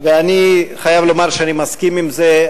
ואני חייב לומר שאני מסכים לזה.